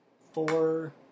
four